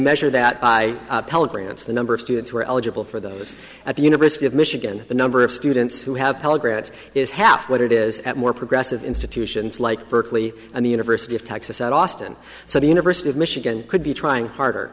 agreements the number of students who are eligible for those at the university of michigan the number of students who have pell grants is half what it is at more progressive institutions like berkeley and the university of texas at austin so the university of michigan could be trying harder